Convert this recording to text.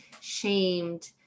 shamed